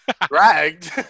dragged